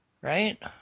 Right